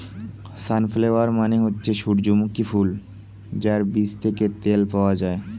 sunflower মানে হচ্ছে সূর্যমুখী ফুল যার বীজ থেকে তেল পাওয়া যায়